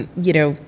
you know,